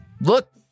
look